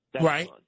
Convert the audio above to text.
Right